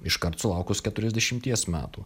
iškart sulaukus keturiasdešimties metų